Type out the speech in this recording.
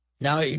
Now